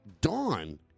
Dawn